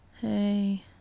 Hey